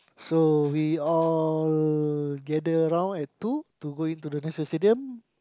so we all gather around at two to go into the National-Stadium